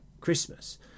christmas